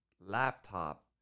laptop